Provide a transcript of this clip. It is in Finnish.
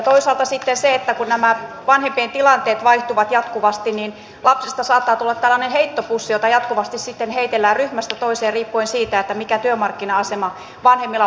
toisaalta sitten kun nämä vanhempien tilanteet vaihtuvat jatkuvasti niin lapsesta saattaa tulla tällainen heittopussi jota jatkuvasti sitten heitellään ryhmästä toiseen riippuen siitä mikä työmarkkina asema vanhemmilla on